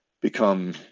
become